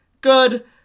good